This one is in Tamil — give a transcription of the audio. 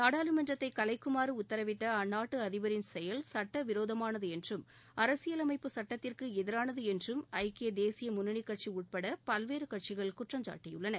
நாடாளுமன்றத்தை கலைக்குமாறு உத்தரவிட்ட அந்நாட்டு அதிபரின் செயல் சுட்டவிரோதமானது என்றும் அரசியல் அமைப்பு சட்டத்திற்கு எதிரானது என்றும் ஐக்கிய தேசிய முன்னணி கட்சி உள்பட பல்வேறு சிறிய கட்சிகள் குற்றம் சாட்டியுள்ளன